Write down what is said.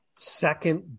Second